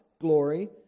glory